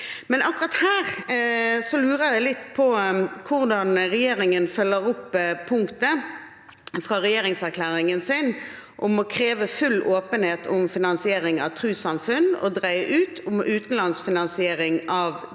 Men akkurat her lurer jeg litt på hvordan regjeringen følger opp punktet fra regjeringserklæringen sin om å kreve full åpenhet om finansiering av trossamfunn og greie ut om utenlandsk finansiering av trossamfunn